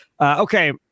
Okay